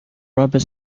robert